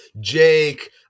Jake